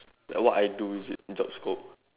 uh what I do is it job scope